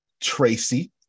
Tracy